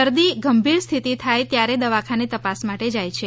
દર્દી ગંભીર સ્થિતિ ત્યારે થાય છે દવાખાને તપાસ માટે જાય છે